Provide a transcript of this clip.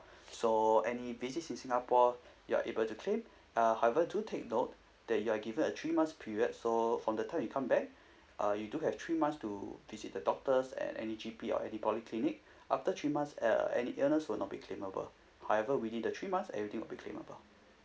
so any visits in singapore you're able to claim uh however do take note that you are given a three months period so from the time you come back uh you do have three months to visit the doctors at any G_P or any polyclinic after three months uh any illness will not be claimable however within the three months everything will be claimable